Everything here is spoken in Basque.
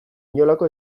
inolako